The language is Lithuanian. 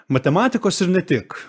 matematikos ir ne tik